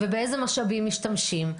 ובאילו משאבים משתמשים.